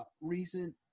recent